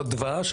לא דבש.